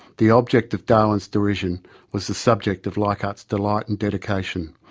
the object of darwin's derision was the subject of leichhardt's delight and dedication.